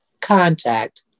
contact